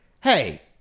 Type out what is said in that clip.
Hey